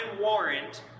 warrant